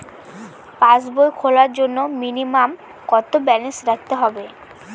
পাসবই খোলার জন্য মিনিমাম কত ব্যালেন্স রাখতে হবে?